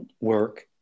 work